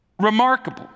remarkable